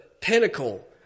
pinnacle